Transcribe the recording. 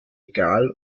egal